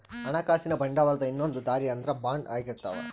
ಹಣಕಾಸಿನ ಬಂಡವಾಳದ ಇನ್ನೊಂದ್ ದಾರಿ ಅಂದ್ರ ಬಾಂಡ್ ಆಗಿರ್ತವ